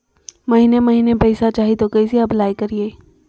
महीने महीने पैसा चाही, तो कैसे अप्लाई करिए?